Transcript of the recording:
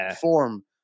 form